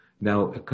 now